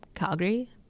Calgary